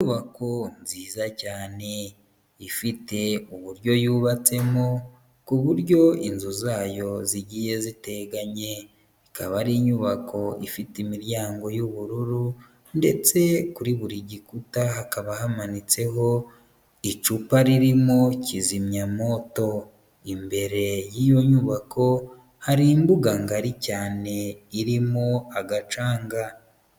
Inyubako nziza cyane ifite uburyo yubatsemo, ku buryo inzu zayo zigiye ziteganye. Ikaba ari inyubako ifite imiryango y'ubururu ndetse kuri buri gikuta hakaba hamanitseho icupa ririmo kizimyamoto. Imbere y'iyo nyubako hari imbuga ngari cyane irimo agacanga.